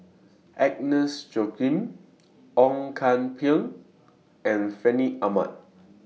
Agnes Joaquim Ong Kian Peng and Fandi Ahmad